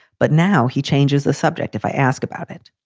but now he changes the subject if i ask about it.